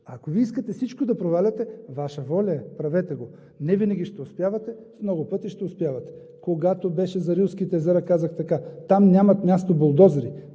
Ако Вие искате всичко да проваляте – Ваша воля е, правете го. Не винаги ще успявате. В много пъти ще успявате. Когато беше за Рилските езера казах така: там нямат място булдозери,